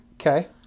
Okay